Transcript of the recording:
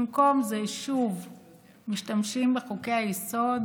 במקום זה שוב משתמשים בחוקי-היסוד